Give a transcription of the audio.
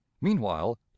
Meanwhile